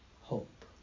hope